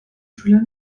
schüler